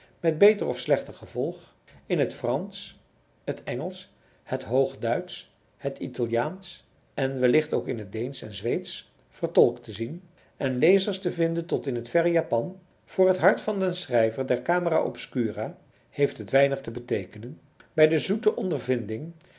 met beter of slechter gevolg in het fransch het engelsch het hoogduitsch het italiaansch en wellicht ook in t deensch en zweedsch vertolkt te zien en lezers te vinden tot in het verre japan voor het hart van den schrijver der camera obscura heeft het weinig te beteekenen bij de zoete ondervinding